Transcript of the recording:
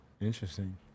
interesting